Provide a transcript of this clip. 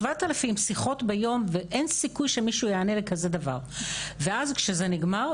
7,000 שיחות ביום ואין סיכוי שמישהו יענה לכזה דבר ואז כשזה נגמר,